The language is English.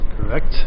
Correct